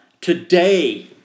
Today